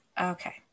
Okay